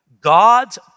God's